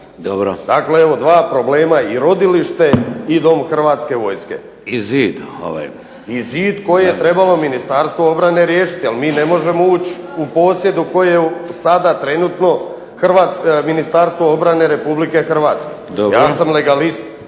I zid. **Vinković, Zoran (SDP)** I zid koje je trebalo Ministarstvo obrane riješiti, jer mi ne možemo ući u posjed u kojem je sada trenutno Ministarstvo obrane Republike Hrvatske. Ja sam legalist